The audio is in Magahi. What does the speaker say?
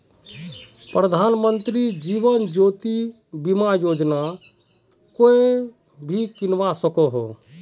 प्रधानमंत्री जीवन ज्योति बीमा योजना कोएन भी किन्वा सकोह